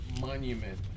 monument